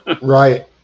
right